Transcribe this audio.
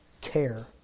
care